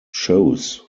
shows